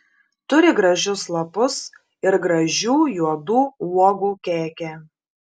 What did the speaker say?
turi gražius lapus ir gražių juodų uogų kekę